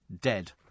dead